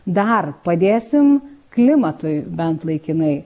dar padėsim klimatui bent laikinai